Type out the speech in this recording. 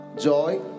joy